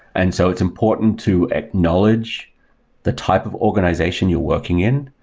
and so it's important to acknowledge the type of organization you're working in.